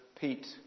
Pete